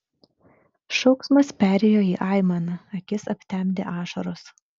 šauksmas perėjo į aimaną akis aptemdė ašaros